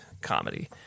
comedy